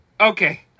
Okay